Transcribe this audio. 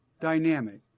dynamic